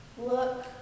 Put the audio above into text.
look